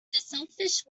selfish